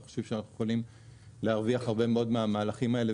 אני חושב שאנחנו יכולים להרוויח הרבה מאוד מהמהלכים האלה,